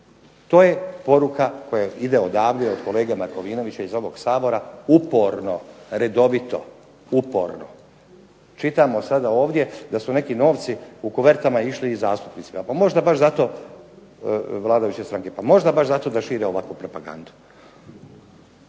To je poruka koja ide odavde, od kolege Markovinovića iz ovog Sabora, uporno redovito, uporno. Čitamo sada ovdje da su neki novci u kuvertama išli i zastupnicima. Pa možda baš zato, vladajuće stranke, pa možda zato da šire ovakvu propagandu.